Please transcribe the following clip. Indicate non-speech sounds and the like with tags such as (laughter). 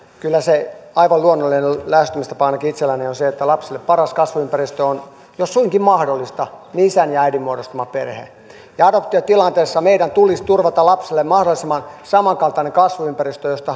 kyllä aivan luonnollinen lähestymistapa ainakin itselläni on se että lapselle paras kasvuympäristö on jos suinkin mahdollista isän ja äidin muodostama perhe adoptiotilanteessa meidän tulisi turvata lapselle mahdollisimman samankaltainen kasvuympäristö kuin se josta (unintelligible)